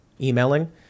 emailing